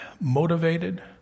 motivated